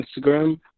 Instagram